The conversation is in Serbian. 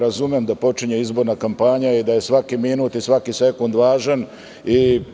Razumem da počinje izborna kampanja i da su svaki minut i svaki sekund važni.